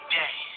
day